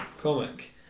comic